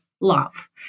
love